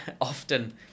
often